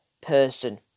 person